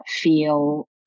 feel